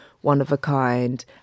one-of-a-kind